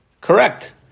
Correct